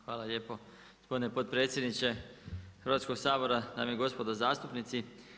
Hvala lijepo gospodine potpredsjedniče Hrvatskog sabora, dame i gospodo zastupnici.